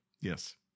Yes